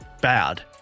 bad